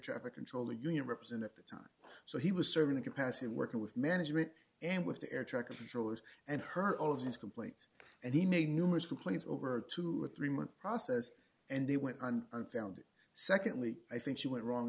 traffic controller union representative time so he was serving the capacity of working with management and with the air traffic controllers and her all of his complaints and he made numerous complaints over to a three month process and they went on unfounded secondly i think she went wrong